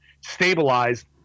stabilized